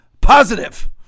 positive